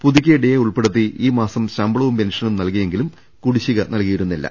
പുതുക്കിയ ഡിഎ ഉൾപ്പെടുത്തി ഈ മാസം ശമ്പളവും പെൻഷനും നൽകിയെങ്കിലും കുടിശിക നൽകി യിരുന്നില്ല